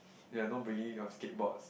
ya no bringing of skate boards